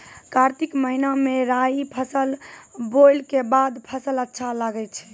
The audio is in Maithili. कार्तिक महीना मे राई फसल बोलऽ के बाद फसल अच्छा लगे छै